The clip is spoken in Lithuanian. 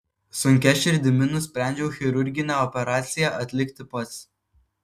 sunkia širdimi nusprendžiau chirurginę operaciją atlikti pats